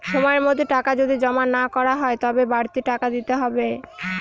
সময়ের মধ্যে টাকা যদি জমা না করা হয় তবে বাড়তি টাকা দিতে হয়